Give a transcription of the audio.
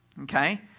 okay